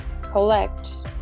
collect